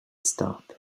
stop